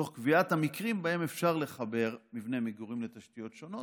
תוך קביעת המקרים שבהם אפשר לחבר מבנה מגורים לתשתיות שונות,